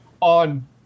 on